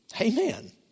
Amen